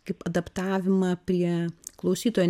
kaip adaptavimą prie klausytojo